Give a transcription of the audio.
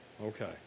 Okay